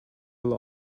will